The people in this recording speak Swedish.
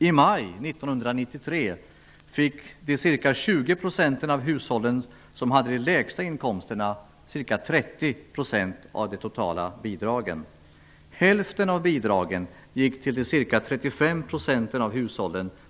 I maj 1993 fick de ca 20 % av hushållen som hade de lägsta inkomsterna ca 30 % av de totala bidragen. Hälften av bidragen gick till de ca 35 % Herr talman!